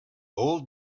old